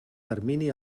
termini